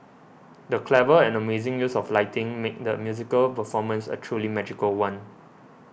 the clever and amazing use of lighting made the musical performance a truly magical one